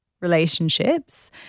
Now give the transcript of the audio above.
relationships